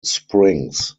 springs